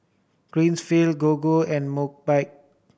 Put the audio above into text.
Greenfield Gogo and Mobike